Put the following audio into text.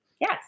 yes